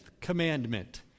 commandment